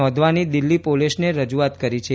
નોંધવાની દિલ્હી પોલીસને રજૂઆત કરી છે